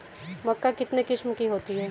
मक्का कितने किस्म की होती है?